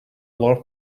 lot